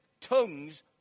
tongues